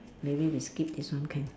maybe we skip this one can